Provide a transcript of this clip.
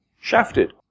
shafted